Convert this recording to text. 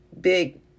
big